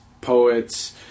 poets